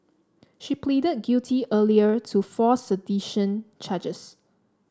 she pleaded guilty earlier to four sedition charges